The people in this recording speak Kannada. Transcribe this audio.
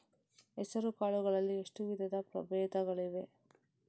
ಹೆಸರುಕಾಳು ಗಳಲ್ಲಿ ಎಷ್ಟು ವಿಧದ ಪ್ರಬೇಧಗಳಿವೆ?